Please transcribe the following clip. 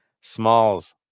Smalls